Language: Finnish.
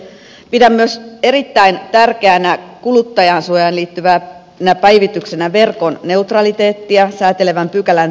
pidän myös erittäin tärkeänä kuluttajansuojaan liittyvänä päivityksenä verkon neutraliteettia säätelevän pykälän tarkentamista